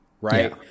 right